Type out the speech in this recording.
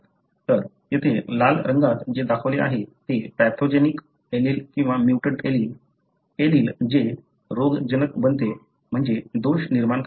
तर येथे लाल रंगात जे दाखवले आहे ते पॅथोजेनिक एलील किंवा म्युटंट एलील एलील जे रोगजनक बनते म्हणजे दोष निर्माण करते